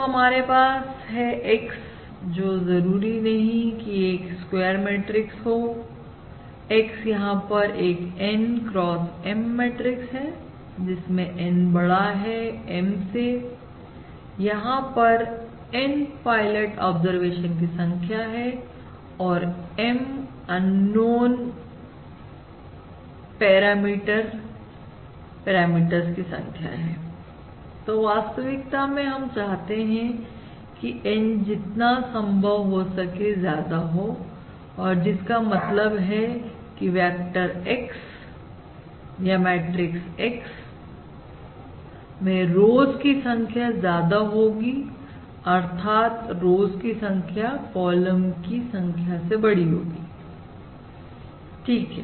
तो हमारे पास है X जो जरूरी नहीं कि 1 स्क्वायर मैट्रिक्स हो X यहां एक N x M मैट्रिक्स है जिसमें N बड़ा है M से यहां पर N पायलट ऑब्जर्वेशन की संख्या है और M अननोन पैराबचके रहना रे बाबामीटर्स की संख्या है तो वास्तविकता में हम चाहते हैं की N जितना संभव हो सके ज्यादा हो और जिसका मतलब है कि वेक्टर X या मैट्रिक्स X मैं रोज की संख्या ज्यादा होगी अर्थात रोज की संख्या कॉलम की संख्या से बड़ी होगी ठीक है